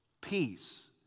Peace